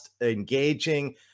engaging